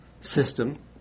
system